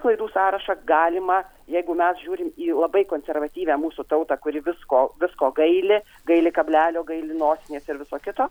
klaidų sąrašą galima jeigu mes žiūrime į labai konservatyvią mūsų tautą kuri visko visko gaili gaili kablelio gaili nosinės ir viso kito